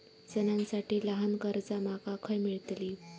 सणांसाठी ल्हान कर्जा माका खय मेळतली?